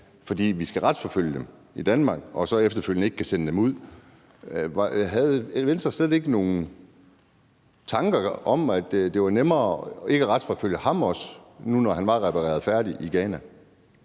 fordi vi skal retsforfølge dem i Danmark, og så efterfølgende ikke kan sende dem ud – havde nogen tanker om, at det var nemmere ikke også at retsforfølge ham, når han nu var repareret færdig i Ghana?